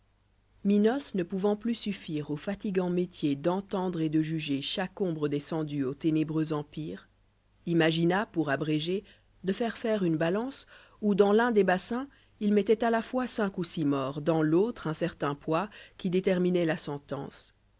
minos ne pouvant plus suffire au fatigant métier d'entendre et déjugé chaque ombre descendue au ténébrènxjëblpïrel imagina pour abréger défaire faire une balance où dans l'un dès bassins il mëtfcft à la fois cinq bu six morts dans l'autre un certain poids qui de'terminoit la sentence